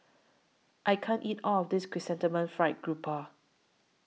I can't eat All of This Chrysanthemum Fried Garoupa